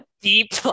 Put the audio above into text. Deep